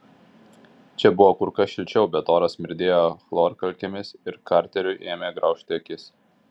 čia buvo kur kas šilčiau bet oras smirdėjo chlorkalkėmis ir karteriui ėmė graužti akis